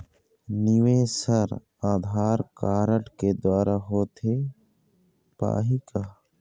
निवेश हर आधार कारड के द्वारा होथे पाही का?